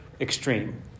extreme